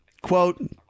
quote